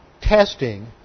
testing